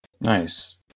Nice